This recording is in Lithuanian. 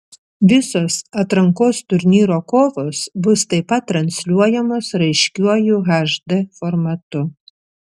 visos atrankos turnyro kovos bus taip pat transliuojamos raiškiuoju hd formatu